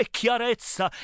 chiarezza